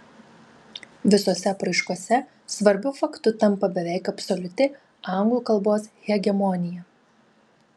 visose apraiškose svarbiu faktu tampa beveik absoliuti anglų kalbos hegemonija